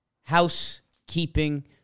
housekeeping